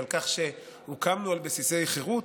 ועל כך שהוקמנו על בסיס החירות,